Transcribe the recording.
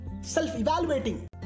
self-evaluating